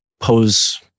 Pose